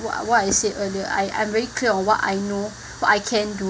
what what I said earlier I'm very clear on what I know what I can do